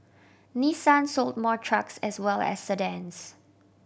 Nissan sold more trucks as well as sedans